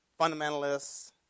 fundamentalists